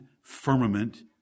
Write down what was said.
firmament